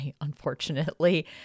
unfortunately